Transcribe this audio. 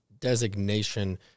designation